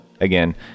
again